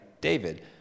David